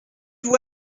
vous